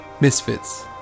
Misfits